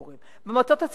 המוסדות.